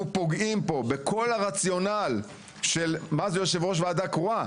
אנחנו פוגעים פה בכל הרציונל של מה זה יושב ראש ועדה קרואה,